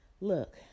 Look